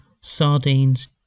sardines